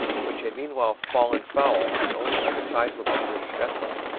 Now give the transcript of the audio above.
which had meanwhile fallen foul of the only other sizable british vessel,